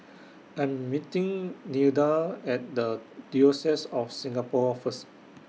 I Am meeting Nilda At The Diocese of Singapore First